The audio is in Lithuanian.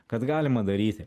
kad galima daryti